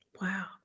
Wow